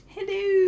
Hello